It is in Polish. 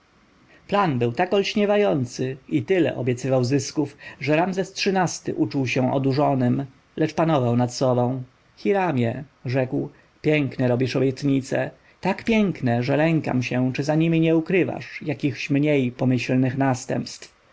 plan był tak olśniewający i tyle obiecujący zysków że ramzes xiii-ty uczuł się odurzonym lecz panował nad sobą hiramie rzekł piękne robisz obietnice tak piękne że lękam się czy za niemi nie ukrywasz jakichś mniej pomyślnych następstw